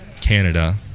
Canada